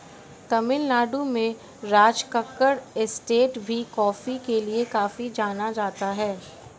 तमिल नाडु में राजकक्कड़ एस्टेट भी कॉफी के लिए काफी जाना जाता है